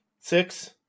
six